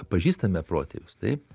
pažįstame protėvius taip